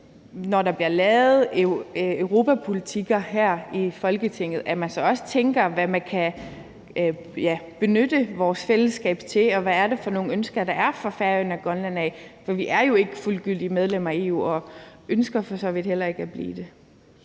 når der bliver lavet europapolitikker her i Folketinget, så også tænker over, hvad man kan benytte vores fællesskab til, og hvad det er for nogle ønsker, der er fra Færøerne og Grønland af. For vi er jo ikke fuldgyldige medlemmer af EU og ønsker for så vidt heller ikke at blive det.